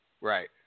right